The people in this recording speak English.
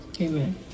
Amen